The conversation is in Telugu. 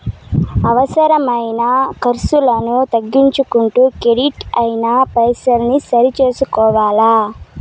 అవసరమైన కర్సులను తగ్గించుకుంటూ కెడిట్ అయిన పైసల్ని సరి సూసుకోవల్ల